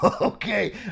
okay